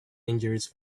injuries